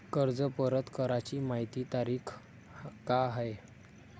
कर्ज परत कराची मायी तारीख का हाय?